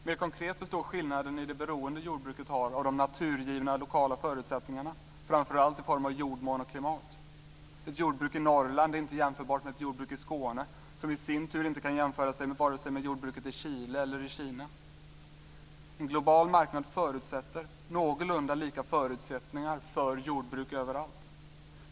Mer konkret består skillnaden i det beroende jordbruket har av de naturgivna lokala förutsättningarna, framför allt i form av jordmån och klimat. Ett jordbruk i Norrland är inte jämförbart med ett jordbruk i Skåne, som i sin tur inte kan jämföras med vare sig jordbruket i Chile eller jordbruket i Kina. En global marknad förutsätter någorlunda lika förutsättningar för jordbruk överallt.